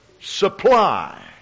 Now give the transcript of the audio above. supply